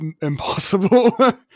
impossible